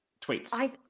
tweets